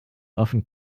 often